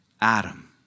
Adam